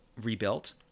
rebuilt